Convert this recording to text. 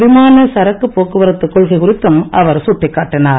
விமான சரக்கு போக்குவரத்து கொள்கை குறித்தும் அவர்சுட்டிக்காட்டினார்